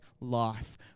life